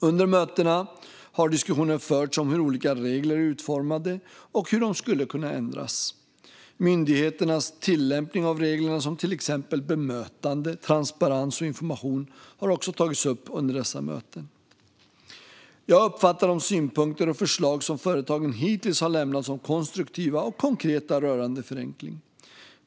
Under mötena har diskussioner förts om hur olika regler är utformade och hur de skulle kunna ändras. Myndigheternas tillämpning av reglerna när det gäller till exempel bemötande, transparens och information har också tagits upp under dessa möten. Jag uppfattar de synpunkter och förslag som företagen hittills har lämnat som konstruktiva och konkreta rörande förenkling.